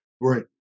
Right